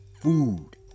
food